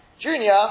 junior